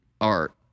art